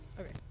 Okay